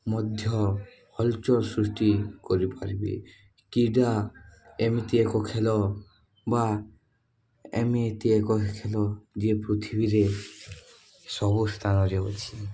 ମଧ୍ୟ ହଲଚଲ୍ ସୃଷ୍ଟି କରିପାରିବେ କ୍ରୀଡ଼ା ଏମିତି ଏକ ଖେଳ ବା ଏମିତି ଏକ ଖେଳ ଯିଏ ପୃଥିବୀରେ ସବୁ ସ୍ଥାନରେ ଅଛି